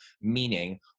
meaning